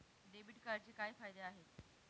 Debit कार्डचे काय फायदे आहेत?